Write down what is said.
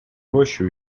рощу